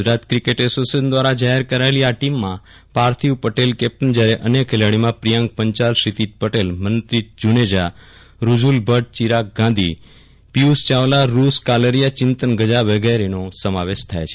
Gujarat cricket association દ્વારા જાહેર કરાયેલી આ ટીમમાં પાર્થિવ પટેલ કેપ્ટન જયારે અન્ય ખેલાડીઓમાં પ્રિયાંક પંચાલ ક્ષિતિજ પટેલ મનપ્રિત જુનેજા રૂજુલ ભટ્ટ ચિરાગ ગાંધી પિયુષ ચાવલા રૂશ કાલરીયા ચિંતન ગજા વગેરેનો સમાવેશ થાય છે